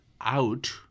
out